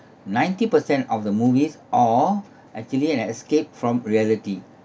ninety per cent of the movies are actually an escape from reality